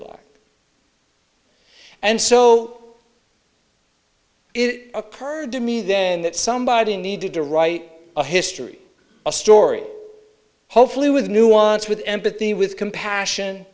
black and so it occurred to me then that somebody needed to write a history a story hopefully with nuance with empathy with compassion